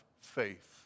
faith